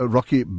Rocky